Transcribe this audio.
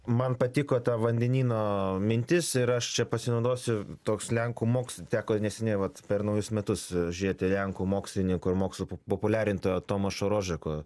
man patiko ta vandenyno mintis ir aš čia pasinaudosiu toks lenkų moks teko neseniai vat per naujus metus žiūrėti lenkų mokslininko ir mokslo pop populiarintojo tomašo rožeko